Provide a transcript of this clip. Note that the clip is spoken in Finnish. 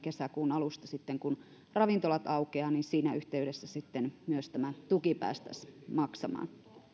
kun kesäkuun alusta ravintolat sitten aukeavat siinä yhteydessä sitten myös tämä tuki päästäisiin maksamaan